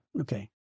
Okay